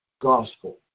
gospel